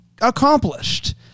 accomplished